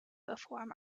perform